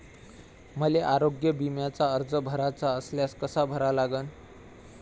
मले आरोग्य बिम्याचा अर्ज भराचा असल्यास कसा भरा लागन?